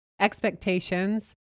expectations